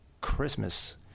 Christmas